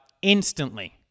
Instantly